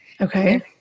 Okay